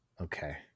okay